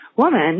woman